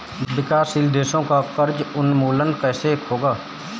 विकासशील देशों का कर्ज उन्मूलन कैसे होगा?